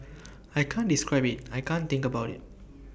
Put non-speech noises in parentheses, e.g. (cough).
(noise) I can't describe IT I can't think about IT